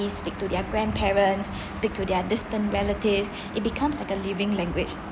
speak to their grandparents speak to their distant relatives it becomes like a living language